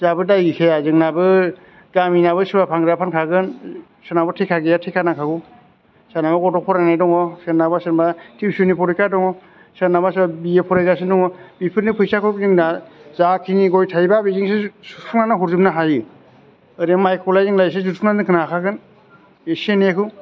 जोंहाबो दाय गैखाया जोंनाबो गामियाबो सोरबा फानग्राया फानखागोन सोरनावबा थेखा गैखाया थेखा नांखागौ सोरनावबा गथ' फरायनाय दङ सोरना सोरनाबा टिइशननि फरिखा दङ सोरनाबा सोरनाबा बि ए फरायगासिनो दङ बेफोरनो फैसाखौ जोंना जाखिनि गय थायबा बेजोंसो सुफुंनानै हरजोबनो हायो ओरै माइखौलाय जोंलाय एसे जुथुमनानै दोनखानो हाखागोन एसे एनैखौ